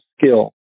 skill